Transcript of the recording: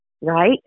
right